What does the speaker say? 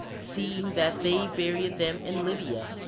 seeing that they buried them in libya,